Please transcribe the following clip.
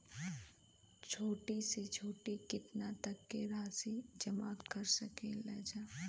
छोटी से छोटी कितना तक के राशि जमा कर सकीलाजा?